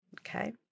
Okay